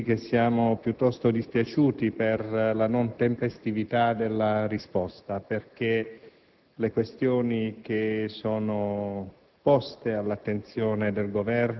voglio anche dirgli che siamo piuttosto dispiaciuti per la non tempestività della risposta, perché le questioni che sono